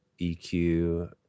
EQ